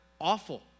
awful